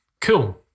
Cool